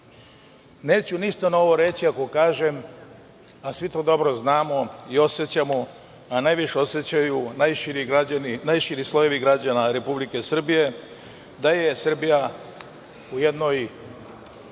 ništa novo reći ako kažem, a svi to dobro znamo i osećamo, a najviše osećaju najširi slojevi građana Republike Srbije, da je Srbija u jednoj